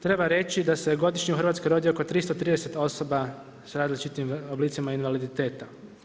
Treba reći da se godišnje u Hrvatskoj rodi oko 330 osoba sa različitim oblicima invaliditeta.